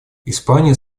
испания